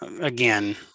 again